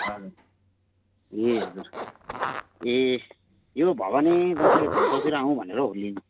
हजर ए हजर ए यो भयो भने दसैँको छेउछाउतिर आउँ भनेर हौ लिनु